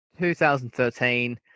2013